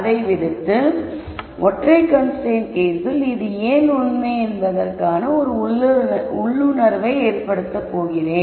அதை விடுத்து ஒற்றைக் கன்ஸ்ரைன்ட்கேஸில் இது ஏன் உண்மை என்பதற்கான ஒரு உள்ளுணர்வை ஏற்படுத்தப் போகிறேன்